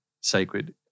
sacred